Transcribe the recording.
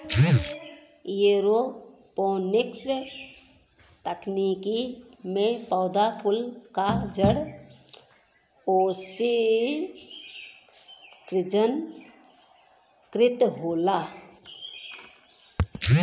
aeroponics तकनीकी में पौधा कुल क जड़ ओक्सिजनकृत होला